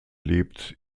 lebt